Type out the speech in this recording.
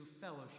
fellowship